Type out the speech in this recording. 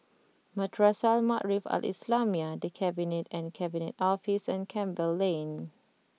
Madrasah Al Maarif Al Islamiah The Cabinet and Cabinet Office and Campbell Lane